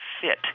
fit